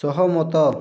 ସହମତ